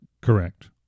Correct